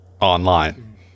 online